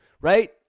right